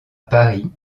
paris